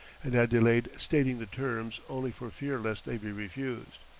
and had delayed stating the terms only for fear lest they be refused.